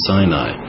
Sinai